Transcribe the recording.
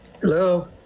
Hello